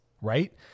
right